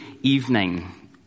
evening